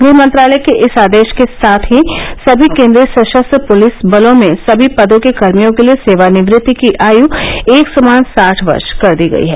गृहमंत्रालय के इस आदेश के साथ ही सभी केन्द्रीय सशस्त्र पुलिस बलों में सभी पदों के कर्मियों के लिए सेवानिवृत्ति की आयु एक समान साठ वर्ष कर दी गई है